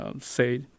Say